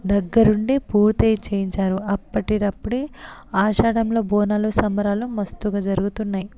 దగ్గరుండి పూర్తయి చేయించారు అప్పటికప్పుడే ఆషాడంలో బోనాలు సంబరాలు మస్తుగా జరుగుతున్నాయి